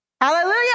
Hallelujah